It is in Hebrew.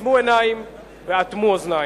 עצמו עיניים ואטמו אוזניים.